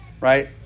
Right